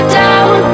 down